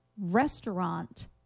restaurant